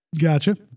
gotcha